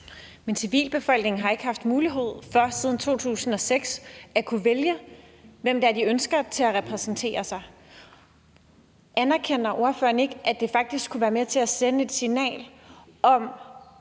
Men civilbefolkningen har ikke siden 2006 haft mulighed for at kunne vælge, hvem de ønsker skal repræsentere dem. Anerkender ordføreren ikke, at det faktisk kunne være med til at sende et signal om